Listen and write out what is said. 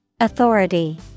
Authority